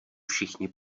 všichni